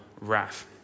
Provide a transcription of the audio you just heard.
wrath